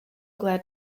glad